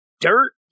dirt